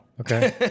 Okay